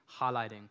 highlighting